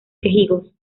quejigos